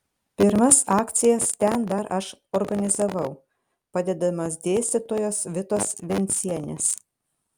pirmas akcijas ten dar aš organizavau padedamas dėstytojos vitos vencienės